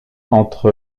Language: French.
entre